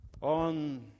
on